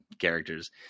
characters